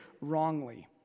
wrongly